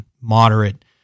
moderate